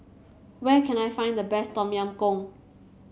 where can I find the best Tom Yam Goong